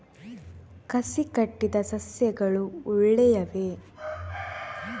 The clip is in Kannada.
ಕಸಿ ಕಟ್ಟಿದ ಸಸ್ಯಗಳು ಒಳ್ಳೆಯವೇ?